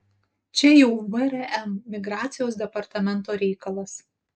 čia jau vrm migracijos departamento reikalas